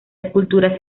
escultura